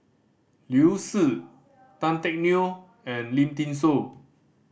Liu Si Tan Teck Neo and Lim Thean Soo